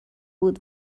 بود